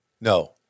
No